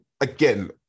again